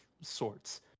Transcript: sorts